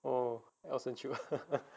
oh elson chew ha ha ha